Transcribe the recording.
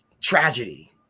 tragedy